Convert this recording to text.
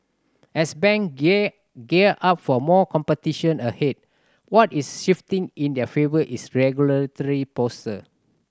as bank gear gear up for more competition ahead what is shifting in their favour is regulatory posture